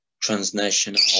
transnational